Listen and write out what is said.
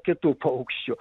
kitų paukščių